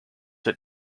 that